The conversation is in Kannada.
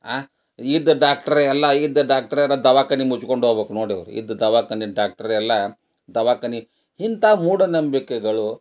ಆ ಇದ್ದ ಡಾಕ್ಟ್ರ್ ಎಲ್ಲ ಇದ್ದ ಡಾಕ್ಟ್ರ್ ಎಲ್ಲ ದವಾಖಾನೆ ಮುಚ್ಕಂಡು ಓಬಕ್ ನೋಡಿ ಇದ್ದ ದವಾಖಾನೆ ಡಾಕ್ಟ್ರ್ ಎಲ್ಲ ದವಾಖಾನೆ ಇಂಥ ಮೂಢನಂಬಿಕೆಗಳು